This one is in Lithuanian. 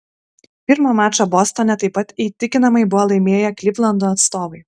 pirmą mačą bostone taip pat įtikinamai buvo laimėję klivlando atstovai